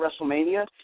WrestleMania